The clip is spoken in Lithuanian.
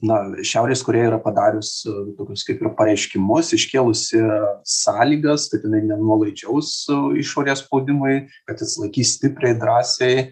na šiaurės korėja yra padarius tokius kaip pareiškimus iškėlusi sąlygas kad jinai nenuolaidžiaus išorės spaudimui kad išsilaikys stipriai drąsiai